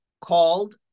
called